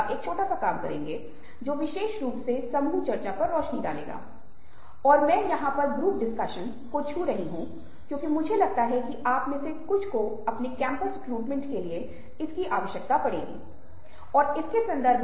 बहुत ही कठिन परिस्थितियों में यह स्पष्ट रूप से मुश्किल है लेकिन जैसा कि मैंने आपके साथ साझा किया है क्योंकि सहानुभूति एक ऐसी चीज है जो हमारे भीतर जैविक रूप से अंतर्निहित है शायद यह निश्चित रूप से संभव है